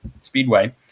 Speedway